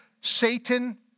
Satan